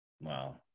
Wow